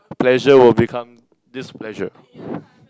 pleasure will become displeasure